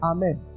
Amen